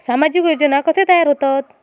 सामाजिक योजना कसे तयार होतत?